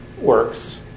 works